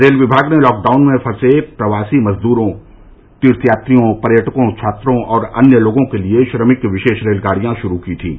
rail विभाग ने lockdown में फंसे प्रवासी मजदूरों तीर्थयात्रियों पर्यटकों छात्रों और अन्य लोगों के लिए श्रमिक विशेष रेलगाड़ियां शुरू की थीं